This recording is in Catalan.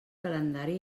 calendari